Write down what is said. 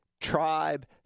tribe